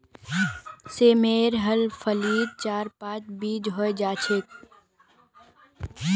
सेमेर हर फलीत चार पांच बीज ह छेक